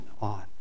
on